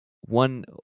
one